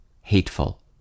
hateful